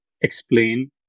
explain